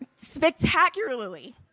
Spectacularly